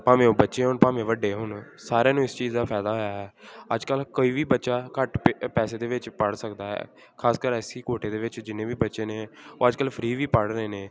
ਭਾਵੇਂ ਉਹ ਬੱਚੇ ਹੋਣ ਭਾਵੇਂ ਵੱਡੇ ਹੋਣ ਸਾਰਿਆਂ ਨੂੰ ਇਸ ਚੀਜ਼ ਦਾ ਫਾਇਦਾ ਹੋਇਆ ਅੱਜ ਕੱਲ ਕੋਈ ਵੀ ਬੱਚਾ ਘੱਟ ਪੇ ਪੈਸੇ ਦੇ ਵਿੱਚ ਪੜ੍ਹ ਸਕਦਾ ਹੈ ਖਾਸਕਰ ਐਸ ਸੀ ਕੋਟੇ ਦੇ ਵਿੱਚ ਜਿੰਨੇ ਵੀ ਬੱਚੇ ਨੇ ਉਹ ਅੱਜ ਕੱਲ ਫਰੀ ਵੀ ਪੜ੍ਹ ਰਹੇ ਨੇ